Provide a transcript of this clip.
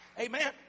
Amen